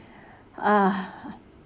uh